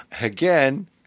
Again